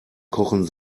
kochen